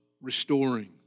restoring